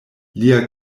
lia